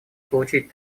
получить